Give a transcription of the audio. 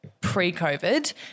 pre-COVID